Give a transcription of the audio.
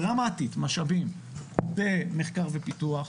דרמטית, משאבים, במחקר ופיתוח,